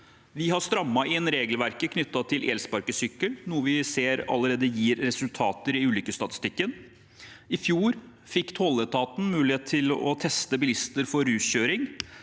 Vi har strammet inn regelverket knyttet til elsparkesykkel, noe vi allerede ser gir resultater i ulykkesstatistikken. I fjor fikk tolletaten muligheten til å teste bilister for ruskjøring,